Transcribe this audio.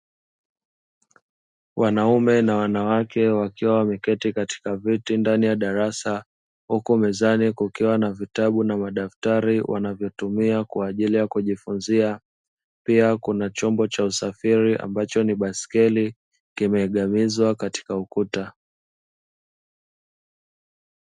Wanaume na wanawake wakiwa wameketi katika viti ndani ya darasa, huku mezani kukiwa na vitabu na madaftari wanavyotumia kwa ajili ya kujifunzia, pia kuna chombo cha usafiri ambacho ni baiskeli kimeegamizwa katika ukuta.